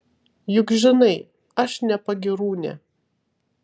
juk žinai aš ne pagyrūnė